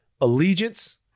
allegiance